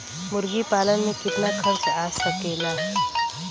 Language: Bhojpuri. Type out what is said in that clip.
मुर्गी पालन में कितना खर्च आ सकेला?